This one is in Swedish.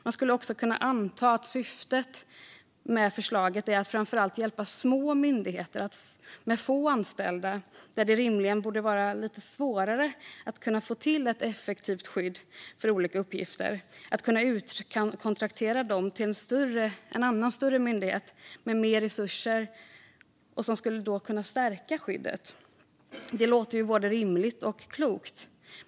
Man skulle också kunna anta att syftet är att hjälpa framför allt små myndigheter med få anställda, där det rimligen borde vara lite svårare att få till ett effektivt skydd för olika uppgifter, att kunna utkontraktera arbetet till en annan större myndighet som har mer resurser och att skyddet därmed skulle kunna stärkas. Det låter både rimligt och klokt.